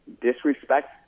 disrespect